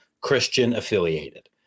Christian-affiliated